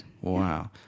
Wow